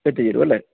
അപ്പം തീരുമല്ലേ